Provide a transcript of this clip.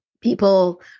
people